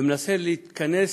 ומנסה להיכנס